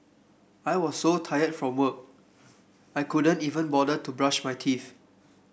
I was so tired from work I could not even bother to brush my teeth